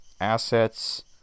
assets